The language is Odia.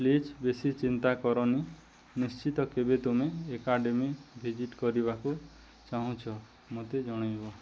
ପ୍ଲିଜ୍ ବେଶୀ ଚିନ୍ତା କରନି ନିଶ୍ଚିତ କେବେ ତୁମେ ଏକାଡ଼େମୀ ଭିଜିଟ୍ କରିବାକୁ ଚାହୁଁଛ ମୋତେ ଜଣାଇବ